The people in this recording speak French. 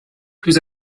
plus